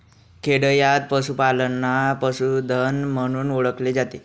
खेडयांत पशूपालनाला पशुधन म्हणून ओळखले जाते